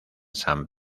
san